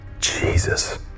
Jesus